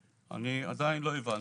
אני עדיין לא הבנתי.